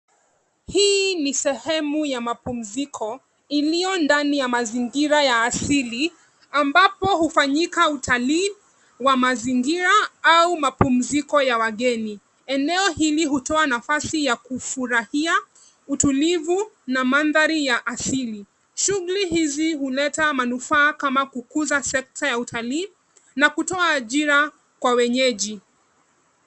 Hii ni sehemu ya mapumziko, iliyo ndani ya mazingira ya asili, ambapo hufanyika utalii wa mazingira au mapumziko ya wageni. Eneo hili hutoa nafasi ya kufurahia, utulivu na mandhari ya asili. Shughuli hizi huleta manufaa kama kukuza sekta ya utalii na kutoa ajira kwa wenyeji.